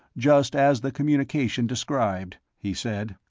just as the communication described, he said.